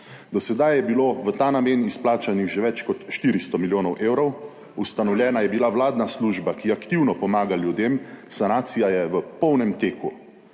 Do sedaj je bilo v ta namen izplačanih že več kot 400 milijonov evrov. Ustanovljena je bila vladna služba, ki aktivno pomaga ljudem, sanacija je v polnem teku.